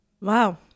Wow